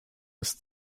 ist